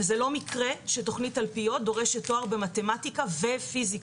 וזה לא מקרה שתכנית תלפיות דורשת תואר במתמטיקה ופיזיקה,